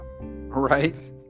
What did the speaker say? right